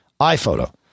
iPhoto